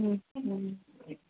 ہ